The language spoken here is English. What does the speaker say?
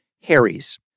Harry's